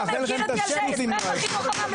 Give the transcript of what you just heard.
אתה לא מכיר את ילדי ישראל בחינוך הממלכתי.